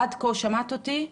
עד כה שמעת אותי?